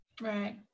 right